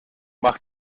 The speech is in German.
mach